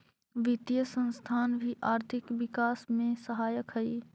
वित्तीय संस्थान भी आर्थिक विकास में सहायक हई